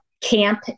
Camp